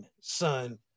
son